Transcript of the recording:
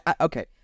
Okay